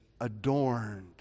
adorned